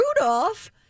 Rudolph